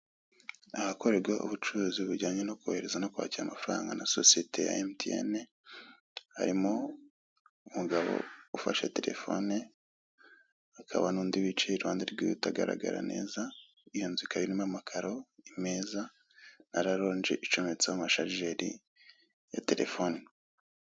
Ahakorerwa ubucuruzi bujyanye no kohereza no kwakira amafaranga na sosete ya MTN, harimo umugabo ufashe telefone hakaba n'undi wicaye iruhande rwiwe bitagaragara neza iyo nzu ikaba irimo amakaro, imeza na raronge icometseho amasharijeri ya telefone.